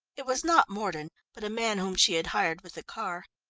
it was not mordon, but a man whom she had hired with the car.